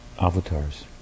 avatars